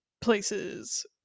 places